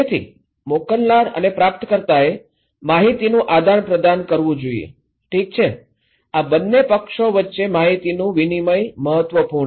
તેથી મોકલનાર અને પ્રાપ્તકર્તાએ માહિતીનું આદાનપ્રદાન કરવું જોઈએ ઠીક છે આ બંને પક્ષો વચ્ચે માહિતીનું વિનિમય મહત્વપૂર્ણ છે